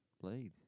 Blade